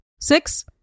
Six